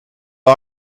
all